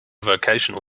vocational